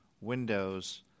windows